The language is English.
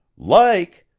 like!